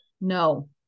No